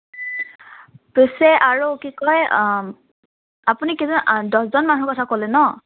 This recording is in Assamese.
পিছে আৰু কি কয় আপুনি কেইজন দহজন মানুহৰ কথা ক'লে ন